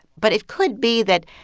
but it could be that,